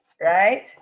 right